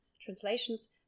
translations